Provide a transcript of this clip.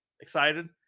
excited